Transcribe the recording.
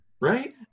Right